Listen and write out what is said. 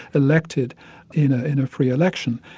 elected in ah in a free election.